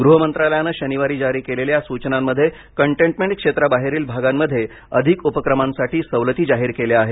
गृहमंत्रालयानं शनिवारी जारी केलेल्या या सूचनांमध्ये कटेनमेंट क्षेत्रांबाहेरील भागांमध्ये अधिक उपक्रमांसाठी सवलती जाहीर केल्या आहेत